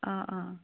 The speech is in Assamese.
অঁ অঁ